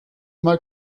mal